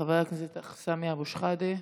חבר הכנסת סמי אבו שחאדה,